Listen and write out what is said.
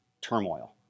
turmoil